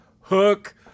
Hook